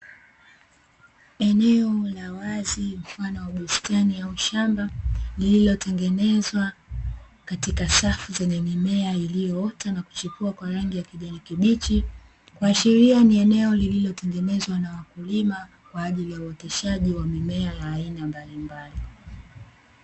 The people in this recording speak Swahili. Eneo la wazi mfano wa bustani au shamba lililotengenezwa katika safu zenye mimea iliyoota na kuchipua kwa rangi ya kijani kibichi, kuashiria ni eneo lililotengenezwa na wakulima kwa ajili ya uoteshaji wa mimea ya aina mbalimbali.